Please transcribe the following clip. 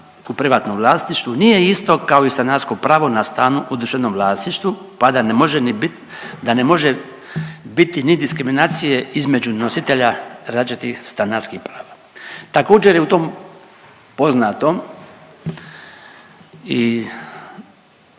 u privatnom vlasništvu nije isto kao i stanarsko pravo na stanu u državnom vlasništvu, pa da ne može ni bit, da ne može biti ni diskriminacije između nositelja građe tih stanarskih prava. Također je u tom poznatom